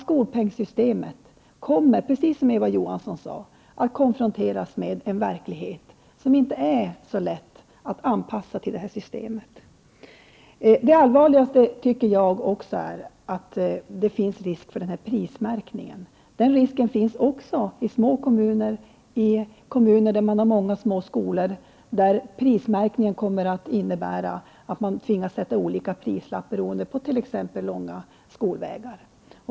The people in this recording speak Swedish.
Skolpengssystemet kommer, precis som Eva Johansson sade, att konfronteras med en verklighet som inte är så lätt att anpassa till det systemet. Det allvarligaste tycker jag är att det finns risk för prismärkning. Den risken finns även i små kommuner, i kommuner där man har många små skolor. Där kommer prismärkningen att innebära att man tvingas sätta olika prislappar, beroende på t.ex. långa skolvägar.